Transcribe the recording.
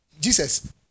Jesus